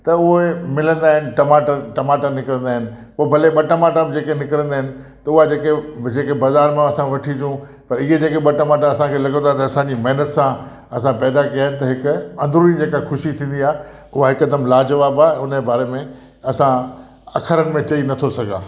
त उहे मिलंदा आहिनि टमाटर टमाटा निकिरंदा आहिनि पोइ भले ॿ टमाटा बि जेके निकिरंदा आहिनि त उहा जेके जेके बाज़ारि मां असीं वठी अचूं पर इहे जेके ॿ टमाटा असांखे लगंदो आहे असांजे महिनत सां असां पैदा कया आहिनि त हिकु अंदरुनी जेका ख़ुशी थींदी आहे उहा हिकदमु लाजवाब आहे ऐं उन जे बारे में असां अखरनि में चई नथो सघां